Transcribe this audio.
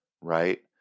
right